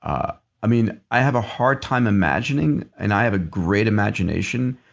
um i mean, i have a hard time imagining, and i have a great imagination.